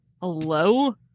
Hello